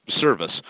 service